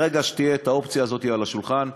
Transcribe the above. ברגע שתהיה האופציה הזאת על השולחן,